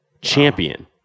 champion